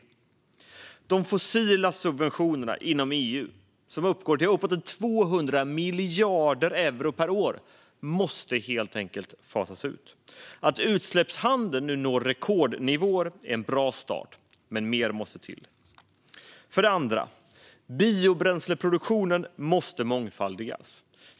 För det första måste de fossila subventionerna inom EU, som uppgår till uppemot 200 miljarder euro per år, helt enkelt fasas ut. Att utsläppshandeln nu når rekordnivåer är en bra start, men mer måste till. För det andra måste biobränsleproduktionen mångfaldigas.